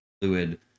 fluid